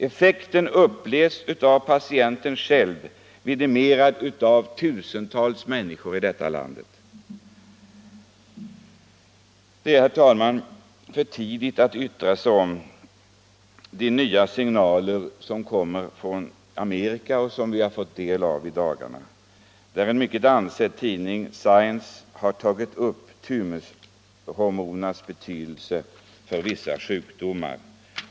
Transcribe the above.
Effekten upplevs av patienterna själva, det har vidimerats av tusentals människor i detta land. Det är, herr talman, för tidigt att yttra sig om de nya signaler som kommer från Amerika och som vi har fått del av i dagarna. En mycket ansedd tidning, Science, har tagit upp thymushormonernas betydelse för vissa sjukdomar.